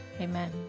Amen